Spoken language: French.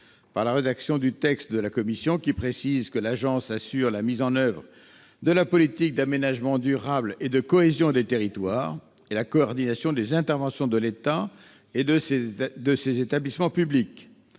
par la rédaction du texte de la commission, qui précise que l'agence « assure la mise en oeuvre de la politique de l'État en matière d'aménagement durable et de cohésion des territoires et la coordination des interventions de l'État et des établissements publics